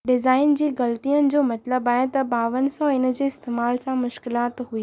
design जी गलतियुनि जो मतिलब आहे त ॿावनि सौ इन जे इस्तेमालु सां मुश्किलातु हुई